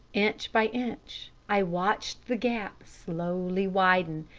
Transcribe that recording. inch by inch, i watched the gap slowly widen.